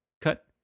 Cut